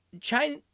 China